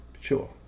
sure